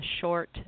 short